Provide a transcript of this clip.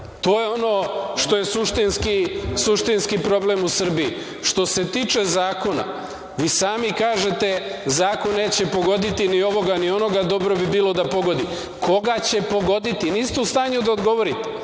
To je ono što je suštinski problem u Srbiji. Što se tiče zakona, vi sami kažete – zakon neće pogoditi ni ovoga, ni onoga, dobro bi bilo da pogodi. Koga će pogoditi? Niste u stanju da odgovorite.